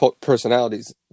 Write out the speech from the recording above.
personalities